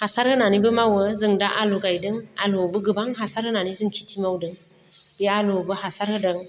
हासार होनानैबो मावो जों दा आलु गायदों आलुआवबो गोबां हासार होनानै जों खेथि मावदों बे आलुआवबो हासार होदों